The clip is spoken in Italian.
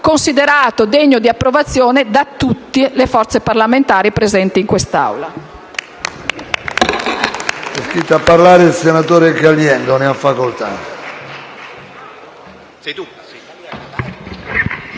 considerato degno di approvazione da parte di tutte le forze parlamentari presenti in quest'Aula.